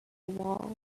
wall